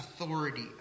authority